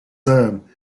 son